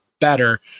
better